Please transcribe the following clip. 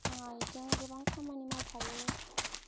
आं आइजों गोबां खामानि मावफायो